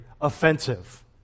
offensive